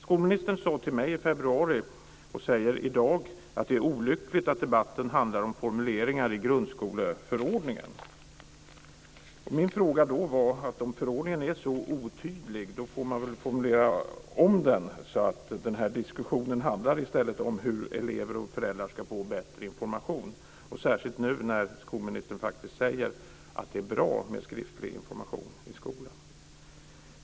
Skolministern sade till mig i februari, och säger i dag, att det är olyckligt att debatten handlar om formuleringar i grundskoleförordningen. Jag sade då att man väl får formulera om förordningen om den är så otydlig, så att diskussionen i stället kommer att handla om hur elever och föräldrar kan få bättre information. Det gäller särskilt nu, när skolministern faktiskt säger att det är bra med skriftlig information i skolan.